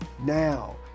Now